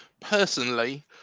Personally